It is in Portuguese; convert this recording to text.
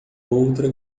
outra